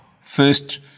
First